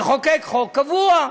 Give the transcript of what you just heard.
לחוקק חוק קבוע,